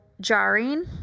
jarring